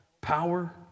power